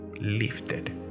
lifted